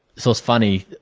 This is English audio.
so is funny.